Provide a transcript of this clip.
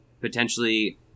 potentially